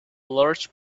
large